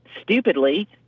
stupidly